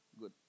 Good